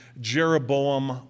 Jeroboam